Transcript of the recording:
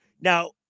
Now